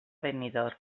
benidorm